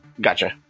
Gotcha